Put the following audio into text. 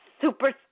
super